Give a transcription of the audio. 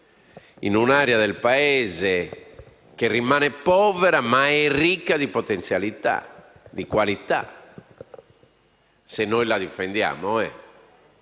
in un'area del Paese che rimane povera, ma che è ricca di potenzialità, di qualità. Questo se noi la difendiamo.